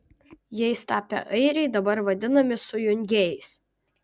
jais tapę airiai dabar vadinami sujungėjais